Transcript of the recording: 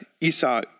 Esau